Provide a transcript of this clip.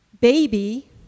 baby